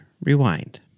rewind